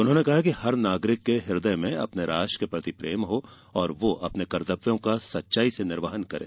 उन्होंने कहा कि हर नागरिक के हृदय में अपने राष्ट्र के प्रति प्रेम हो और वह अपने कर्तव्यों का सच्चाई से निर्वहन करें